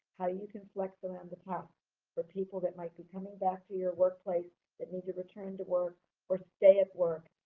how you can flex around the task for people that might be coming back to your workplace that need to return to work or stay at work.